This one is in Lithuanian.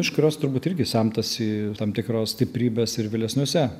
iš kurios turbūt irgi semtasi tam tikros stiprybės ir vėlesniuose